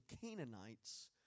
Canaanites